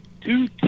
two